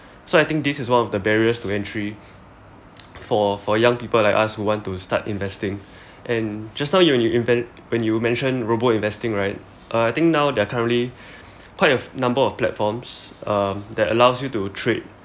so I think this is one of the barriers to entry for for young people like us who want to start investing and just now when you inve~ when you mentioned robo investing uh I think now there are currently um quite a number of platforms that allows you to trade